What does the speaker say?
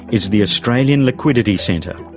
is the australian liquidity centre,